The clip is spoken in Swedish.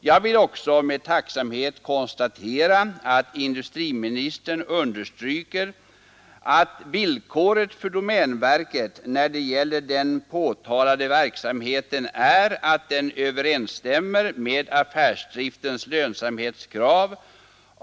Jag vill också med tacksamhet konstatera att industriministern understryker att villkoret för domänverket när det gäller den påtalade verksamheten är att den överensstämmer med affärsdriftens lönsamhetskrav.